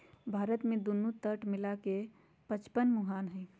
भारत में दुन्नो तट मिला के पचपन मुहान हई